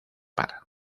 par